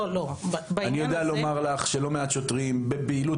אני יודע לומר לך שלא מעט שוטרים בפעילות